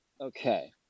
Okay